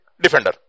defender